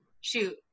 Shoot